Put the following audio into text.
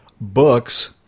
books